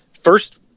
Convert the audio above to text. first